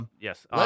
Yes